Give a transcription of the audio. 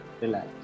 relax